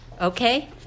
okay